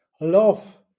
love